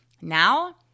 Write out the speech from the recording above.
Now